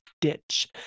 ditch